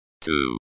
two